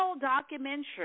documentary